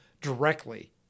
directly